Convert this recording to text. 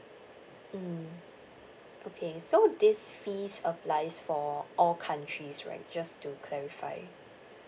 mm okay so this fees applies for all countries right just to clarify